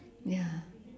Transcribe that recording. ya